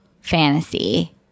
fantasy